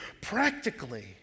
practically